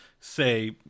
say